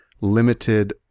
limited